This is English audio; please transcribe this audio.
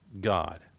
God